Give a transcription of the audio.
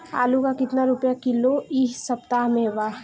आलू का कितना रुपया किलो इह सपतह में बा?